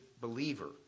believer